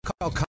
Call